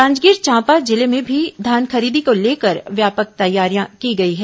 जांजागीर चांपा जिले में भी धान खरीदी को लेकर व्यापक तैयारियां की गई हैं